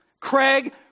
Craig